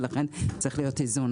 ולכן, צריך להיות איזון.